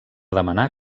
demanar